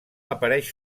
apareix